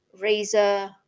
razor